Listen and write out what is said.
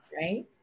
Right